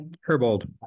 Herbold